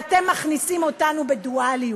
אתם מכניסים אותנו בדואליות.